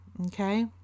Okay